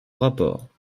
rapports